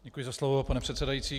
Děkuji za slovo, pane předsedající.